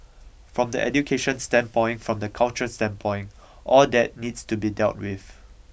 from the education standpoint from the culture standpoint all that needs to be dealt with